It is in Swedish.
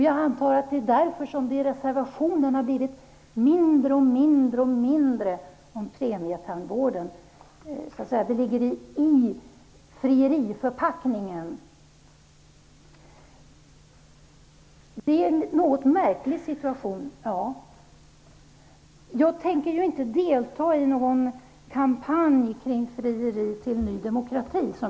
Jag antar att det är därför som det har blivit mindre och mindre och mindre om premietandvården i reservationen. Det ligger så att säga i frieriförpackningen. Det är riktigt att det är en något märklig situation. Som jag har deklarerat tidigare tänker jag inte delta i något allmänt frieri till Ny demokrati.